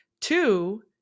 two